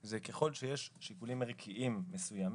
זה ככל שיש שיקולים ערכיים מסוימים,